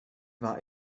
war